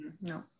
No